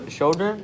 shoulder